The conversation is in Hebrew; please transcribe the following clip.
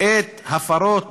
את הפרות